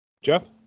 Jeff